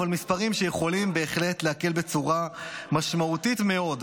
אבל מספרים שבהחלט יכולים להקל בצורה משמעותית מאוד,